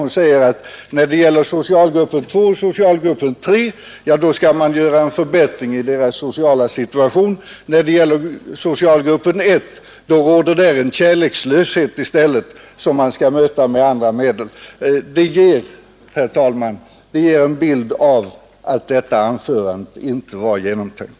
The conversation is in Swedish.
Hon säger att när det gäller socialgrupp 2 och socialgrupp 3 skall man göra en förbättring i deras sociala situation. Vad beträffar socialgrupp 1 så råder där en kärlekslöshet i stället som man skall möta med andra medel. Det ger, herr talman, en bild av att detta anförande av fru Sigurdsen inte var genomtänkt.